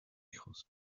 hijos